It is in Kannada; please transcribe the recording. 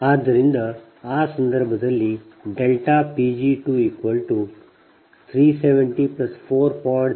ಆದ್ದರಿಂದ ಆ ಸಂದರ್ಭದಲ್ಲಿΔP g2 370 4